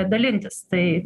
dalintis tai